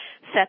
set